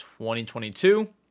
2022